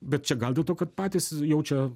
bet čia gal dėl to kad patys jaučia